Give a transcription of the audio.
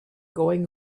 going